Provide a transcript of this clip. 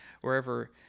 wherever